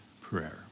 prayer